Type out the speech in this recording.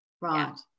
Right